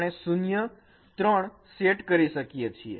આપણે 0 3 સેટ કરી શકીએ છીએ